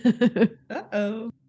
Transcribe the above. Uh-oh